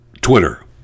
Twitter